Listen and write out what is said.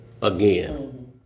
again